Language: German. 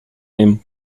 nehmen